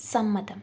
സമ്മതം